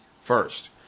first